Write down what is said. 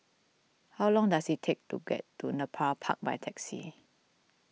how long does it take to get to Nepal Park by taxi